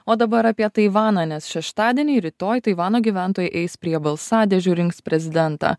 o dabar apie taivaną nes šeštadienį rytoj taivano gyventojai eis prie balsadėžių rinks prezidentą